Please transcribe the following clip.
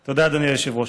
תודה, אדוני היושב-ראש.